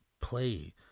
play